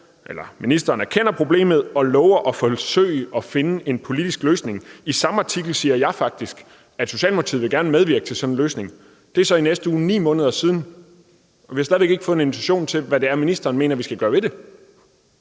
hvor ministeren erkender problemet og lover at forsøge at finde en politisk løsning. I samme artikel siger jeg faktisk, at Socialdemokratiet gerne vil medvirke til sådan en løsning. Det er så i næste uge 9 måneder siden, og vi har stadig ikke fået et bud på, hvad det er, ministeren mener vi skal gøre ved det.